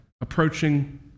approaching